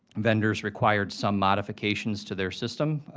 vendors required some modifications to their system.